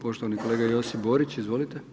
Poštovani kolega Josip Borić, izvolite.